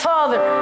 Father